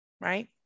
right